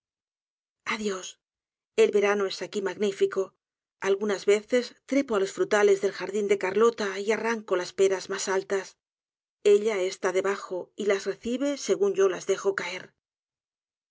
ádios el verano es aquí magnífico algunas veces trepo á los frutales del jardín de carlota y arranco las peras mas altas ella está debajo y las recibe según yo las dejo caer